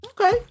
Okay